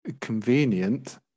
Convenient